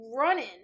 running